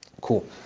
cool